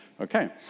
okay